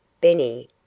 BENNY